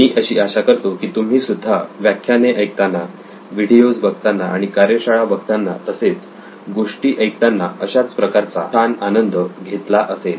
मी अशी आशा करतो की तुम्हीसुद्धा व्याख्याने ऐकताना व्हिडिओज बघताना आणि कार्यशाळा बघताना तसेच गोष्टी ऐकताना अशाच प्रकारचा छान आनंद घेतला असेल